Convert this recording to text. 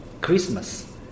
Christmas